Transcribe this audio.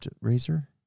razor